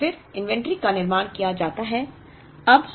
और फिर इन्वेंट्री का निर्माण किया जाता है